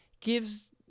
gives